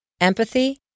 empathy